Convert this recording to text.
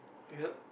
thank you